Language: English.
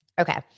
Okay